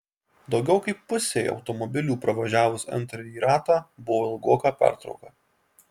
daugiau kaip pusei automobilių pravažiavus antrąjį ratą buvo ilgoka pertrauka